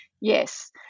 yes